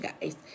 guys